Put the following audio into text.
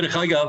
דחיל,